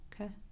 Okay